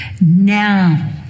Now